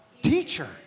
teacher